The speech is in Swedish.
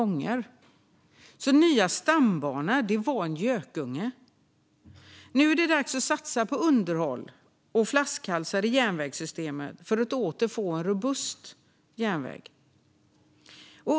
Nya stambanor var alltså en gökunge. Nu är det dags att satsa på underhåll och att ta bort flaskhalsar i järnvägssystemet för att åter få en robust järnväg.